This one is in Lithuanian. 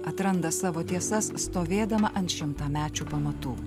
atranda savo tiesas stovėdama ant šimtamečių pamatų